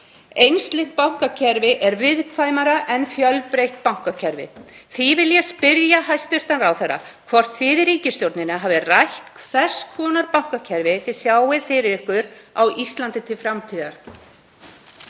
Einsleitt bankakerfi er viðkvæmara en fjölbreytt bankakerfi. Því vil ég spyrja hæstv. ráðherra hvort ríkisstjórnin hafi rætt hvers konar bankakerfi hún sér fyrir sé á Íslandi til framtíðar.